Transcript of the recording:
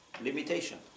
limitation